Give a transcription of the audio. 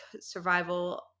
Survival